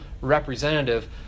representative